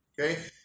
okay